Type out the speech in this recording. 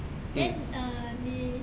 then err 你